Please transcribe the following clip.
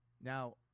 Now